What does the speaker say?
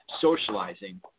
socializing